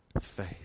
faith